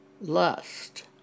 lust